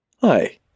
Hi